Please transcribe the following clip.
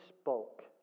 spoke